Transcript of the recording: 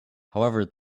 however